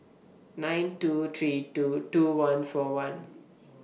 nine two three two two one four one